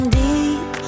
deep